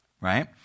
right